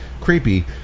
creepy